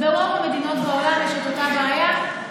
ברוב המדינות בעולם יש אותה בעיה.